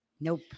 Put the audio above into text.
Nope